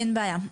אין בעיה.